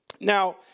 Now